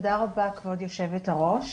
תודה רבה, כבוד היושבת-ראש.